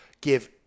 give